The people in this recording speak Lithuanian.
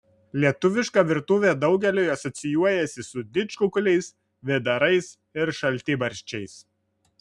lietuviška virtuvė daugeliui asocijuojasi su didžkukuliais vėdarais ir šaltibarščiais